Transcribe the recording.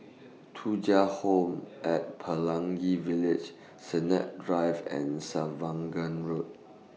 Thuja Home At Pelangi Village Sennett Drive and Road